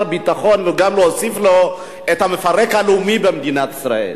ביטחון גם את "המפרק הלאומי" במדינת ישראל.